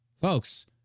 Folks